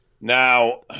Now